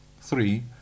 three